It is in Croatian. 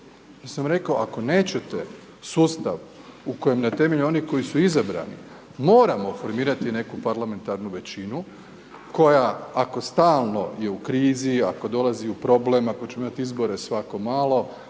sam rekao ako nećete sustav u kojem, na temelju onih koji su izabrani, moramo formirati neku parlamentarnu većinu, koja, ako stalno je u krizi, ako dolazi u problem, ako ćemo imati izbore svako malo,